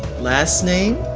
last name,